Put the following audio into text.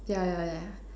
ya ya ya